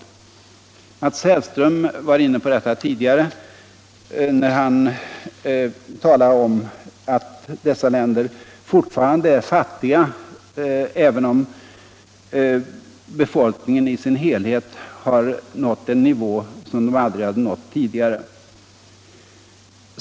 Mats Hellström var inne på detta tidigare när han talade om att dessa länder fortfarande är fattiga, även om befolkningen i sin helhet har nått en nivå som den aldrig hade nått tidigare.